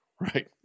right